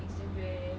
Instagram